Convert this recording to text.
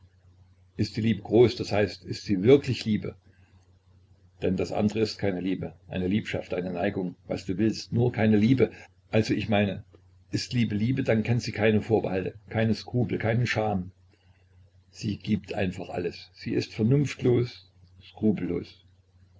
ist die liebe groß d h ist sie wirklich liebe denn das andere ist keine liebe eine liebschaft eine neigung was du willst nur keine liebe also ich meine ist liebe liebe dann kennt sie keine vorbehalte keine skrupel keine scham sie gibt einfach alles sie ist vernunftlos skrupellos